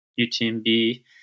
UTMB